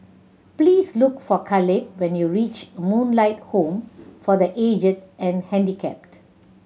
please look for Caleb when you reach Moonlight Home for The Aged and Handicapped